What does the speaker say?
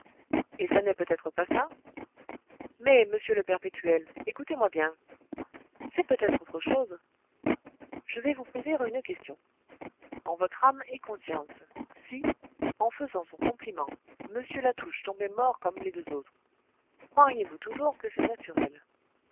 et ça n'est peut-être pas ça mais monsieur le perpétuel écoutez-moi bien c'est peut-être autre chose je vais vous poser une question en votre âme et conscience si en faisant son compliment m latouche tombait mort comme les deux autres croiriez-vous toujours que c'est naturel